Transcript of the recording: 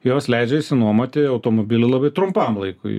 jos leidžia išsinuomoti automobilį labai trumpam laikui